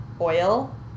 oil